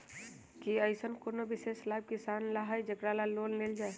कि अईसन कोनो विशेष लाभ किसान ला हई जेकरा ला लोन लेल जाए?